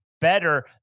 better